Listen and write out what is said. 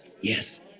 Yes